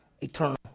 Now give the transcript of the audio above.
Eternal